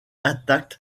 intacte